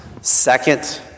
Second